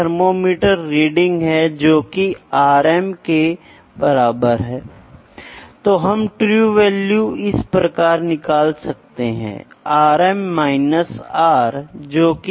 thermocouple द्वारा किसी वस्तु के तापमान का मापन प्राइमरी सिग्नल एक अनुवादक को प्रेषित किया जाता है जो एक वोल्टेज उत्पन्न करता है जो तापमान का एक फलन है